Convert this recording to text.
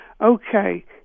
okay